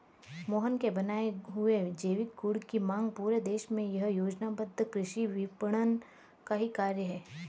मोहन के बनाए हुए जैविक गुड की मांग पूरे देश में यह योजनाबद्ध कृषि विपणन का ही कार्य है